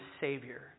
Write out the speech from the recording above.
Savior